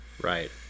Right